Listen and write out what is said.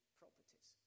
properties